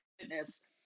fitness